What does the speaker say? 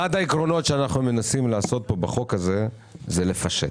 אחד העקרונות שאנחנו מנסים לעשות פה בחוק הזה זה לפשט,